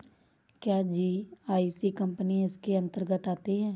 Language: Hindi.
क्या जी.आई.सी कंपनी इसके अन्तर्गत आती है?